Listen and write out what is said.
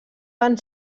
van